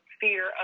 fear